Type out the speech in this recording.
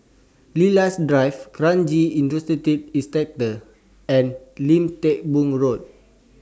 Lilac Drive Kranji Industrial Estate and Lim Teck Boo Road